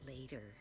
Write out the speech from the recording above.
later